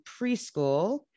preschool